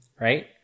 right